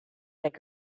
take